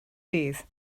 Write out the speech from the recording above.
dydd